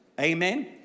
Amen